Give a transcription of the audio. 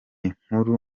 nkuru